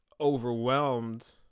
overwhelmed